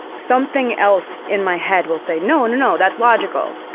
something else in my head will say no, and no, that's logical.